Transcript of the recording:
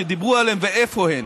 שדיברו עליהן ואיפה הן.